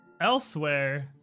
Elsewhere